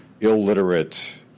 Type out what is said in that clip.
illiterate